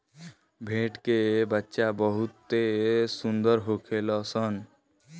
भेड़ के बच्चा बहुते सुंदर होखेल सन